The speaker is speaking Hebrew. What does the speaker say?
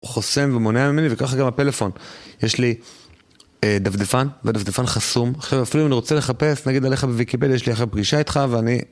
חוסם ומונע ממני וככה גם הפלאפון, יש לי דפדפן, והדפדפן חסום. חבר'ה, אפילו אם אני רוצה לחפש נגיד עליך בוויקיפדיה, יש לי אחרי פגישה איתך ואני...